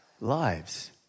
lives